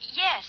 Yes